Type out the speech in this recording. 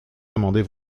amender